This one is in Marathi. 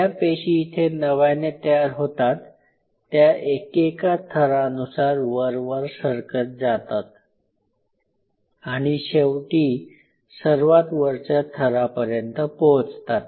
ज्या पेशी इथे नव्याने तयार होतात त्या एकेका थरानुसार वर वर सरकत जातात आणि शेवटी सर्वात वरच्या थरापर्यंत पोहोचतात